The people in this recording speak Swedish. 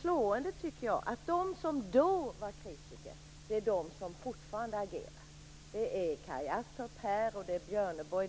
Slående är att de som då var kritiker fortfarande agerar.